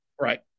right